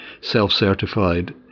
self-certified